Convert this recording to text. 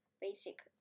basic